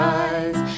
eyes